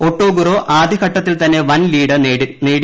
Otoguro ആദ്യഘട്ടത്തിൽതന്നെ വൻ lead നേടി